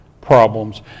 problems